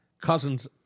Cousins